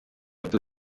abdul